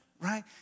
right